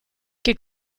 che